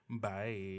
Bye